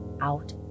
out